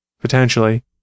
potentially